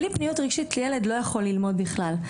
בלי פניות רגשית ילד לא יכול ללמוד בכלל.